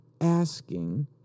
asking